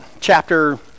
chapter